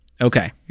Okay